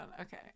Okay